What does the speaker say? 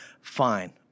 fine